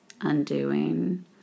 undoing